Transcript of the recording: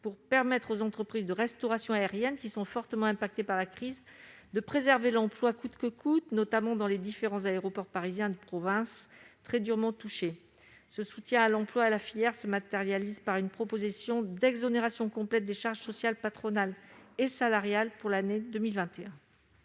pour permettre aux entreprises de restauration aérienne, qui sont fortement affectées par la crise, de préserver l'emploi coûte que coûte, notamment dans les différents aéroports parisiens et de province très durement touchés. Ce soutien à l'emploi et à la filière doit se matérialiser par une exonération complète des charges sociales, patronales et salariales, pour l'année 2021.